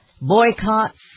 boycotts